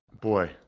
Boy